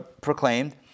proclaimed